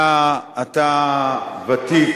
אתה ותיק,